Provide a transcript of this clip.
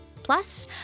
Plus